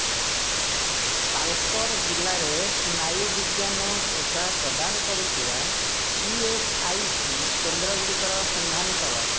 ପାଲକ୍କଡ଼୍ ଜିଲ୍ଲାରେ ସ୍ନାୟୁବିଜ୍ଞାନ ସେବା ପ୍ରଦାନ କରୁଥିବା ଇ ଏସ୍ ଆଇ ସି କେନ୍ଦ୍ର ଗୁଡ଼ିକର ସନ୍ଧାନ କର